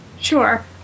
Sure